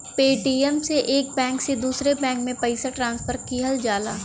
Paytm से एक bank से दूसरे बैंक में पइसा ट्रांसफर किहल जाला